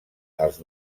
els